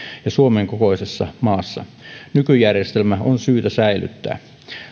ja suomen kokoisessa maassa nykyjärjestelmä on syytä säilyttää